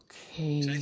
Okay